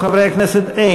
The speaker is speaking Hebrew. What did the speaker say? חברי הכנסת?